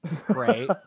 great